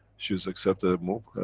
she's accepted a move.